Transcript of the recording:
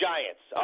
Giants